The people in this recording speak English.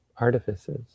artifices